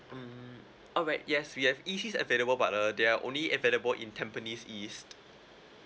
mm alright yes we have E_Cs available but uh they are only available in tampines east